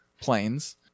planes